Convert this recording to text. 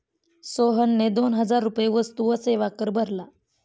सोहनने दोन हजार रुपये वस्तू व सेवा कर भरला